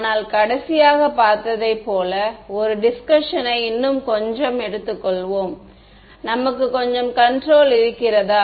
ஆனால் கடைசியாக பார்த்ததை போல ஒரு டிஸ்க்கஷன் யை இன்னும் கொஞ்சம் எடுத்துக்கொள்வோம் நமக்கு கொஞ்சம் கண்ட்ரோல் இருக்கிறதா